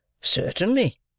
Certainly